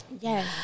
yes